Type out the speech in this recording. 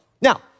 Now